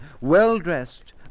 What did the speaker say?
well-dressed